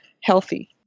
healthy